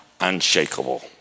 unshakable